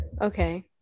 Okay